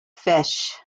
fish